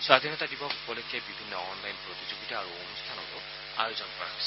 স্বাধীনতা দিৱস উপলক্ষে বিভিন্ন অনলাইন প্ৰতিযোগিতা আৰু অনুষ্ঠানৰো আয়োজন কৰা হৈছে